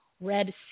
red